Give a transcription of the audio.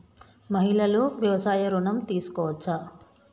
మహిళలు వ్యవసాయ ఋణం తీసుకోవచ్చా?